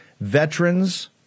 Veterans